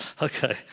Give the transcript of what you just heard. Okay